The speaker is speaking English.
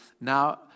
now